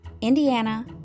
Indiana